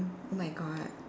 oh my god